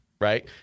right